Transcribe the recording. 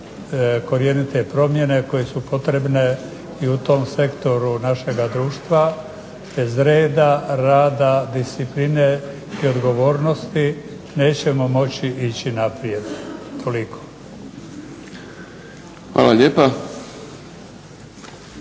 korjenite promjene koje su potrebne i u tom sektoru našega društva. Bez reda, rada, discipline i odgovornosti nećemo moći ići naprijed. Toliko. **Šprem,